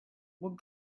what